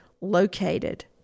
located